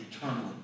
eternally